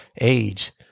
age